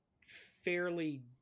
fairly